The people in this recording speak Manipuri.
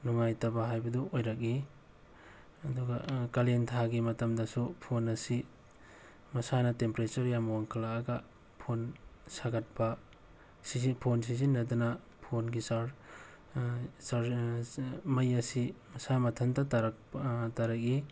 ꯅꯨꯡꯉꯥꯏꯇꯕ ꯍꯥꯏꯕꯗꯨ ꯑꯣꯏꯔꯛꯏ ꯑꯗꯨꯒ ꯀꯥꯂꯦꯟꯊꯥꯒꯤ ꯃꯇꯝꯗꯁꯨ ꯐꯣꯟ ꯑꯁꯤ ꯃꯁꯥꯅ ꯇꯦꯝꯄ꯭ꯔꯦꯆꯔ ꯌꯥꯝ ꯋꯥꯡꯈꯠꯂꯛꯑꯒ ꯐꯣꯟ ꯁꯥꯒꯠꯄ ꯐꯣꯟ ꯁꯤꯖꯤꯟꯅꯗꯅ ꯐꯣꯟꯒꯤ ꯆꯥꯔꯖ ꯃꯩ ꯑꯁꯤ ꯃꯁꯥ ꯃꯊꯟꯇ ꯇꯥꯔꯛꯏ